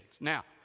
Now